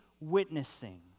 witnessing